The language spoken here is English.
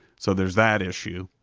so there's that issue.